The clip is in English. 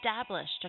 established